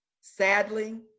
sadly